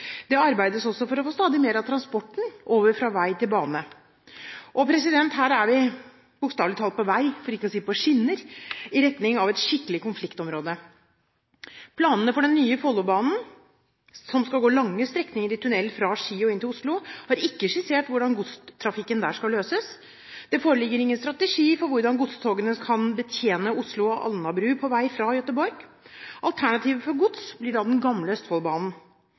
Det arbeides også for å få stadig mer av transporten over fra vei til bane. Og her er vi bokstavelig talt på vei – for ikke å si på skinner – i retning av et skikkelig konfliktområde. Planene for den nye Follobanen, som skal gå lange strekninger i tunnel fra Ski og inn til Oslo, har ikke skissert hvordan godstrafikken der skal løses. Det foreligger ingen strategi for hvordan godstogene kan betjene Oslo og Alnabru, på vei fra Gøteborg. Alternativet for gods blir da den gamle